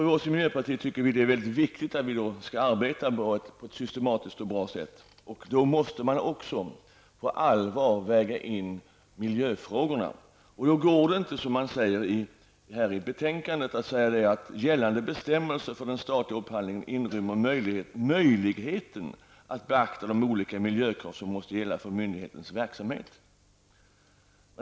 Vi i miljöpartiet tycker att det är mycket viktigt att man arbetar på ett systematiskt och bra sätt, och man måste också på allvar väga in miljöfrågorna. Det går då inte att säga som utskottet gör i betänkandet: ''Gällande bestämmelser för den statliga upphandlingen inrymmer möjligheten'' -- möjligheten -- ''att beakta de olika miljökrav som måste gälla för myndigheternas verksamhet''.